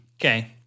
Okay